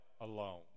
alone